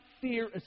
fear